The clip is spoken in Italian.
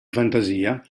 fantasia